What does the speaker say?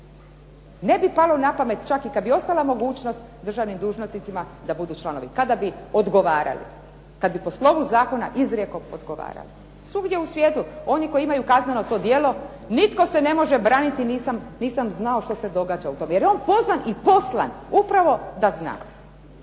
Ne bi palo na pamet, čak i kad bi ostala mogućnost državnim dužnosnicima da budu članovi kada bi odgovarali. Kad bi po slovu zakona izrijekom odgovarali. Svugdje u svijetu oni koji imaju kazneno to djelo, nitko se ne može braniti nisam znao što se događa u tome, jer je on pozvan i poslan upravo da zna.